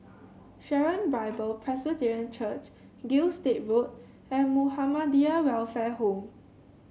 Sharon Bible Presbyterian Church Gilstead Road and Muhammadiyah Welfare Home